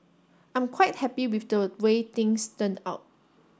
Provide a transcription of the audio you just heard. I'm quite happy with the way things turned out